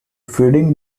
feeding